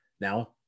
Now